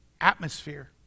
atmosphere